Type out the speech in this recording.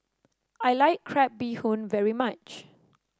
I like Crab Bee Hoon very much